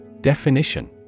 Definition